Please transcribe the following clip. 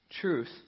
truth